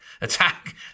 attack